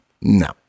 No